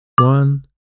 One